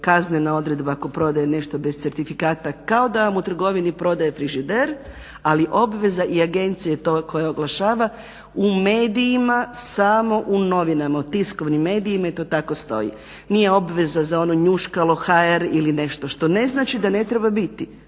kaznena odredba ako prodaje nešto bez certifikata kao da vam u trgovini prodaje frižider, ali obveza i agencije te koja oglašava u medijima, samo u novinama u tiskovnim medijima i to tako stoji. Nije obveza za ono njuškalo.hr. ili nešto, što ne znači da ne treba biti,